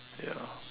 ya